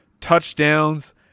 touchdowns